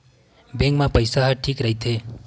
Bank मा पईसा ह ठीक राइथे?